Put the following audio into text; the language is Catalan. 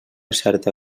certa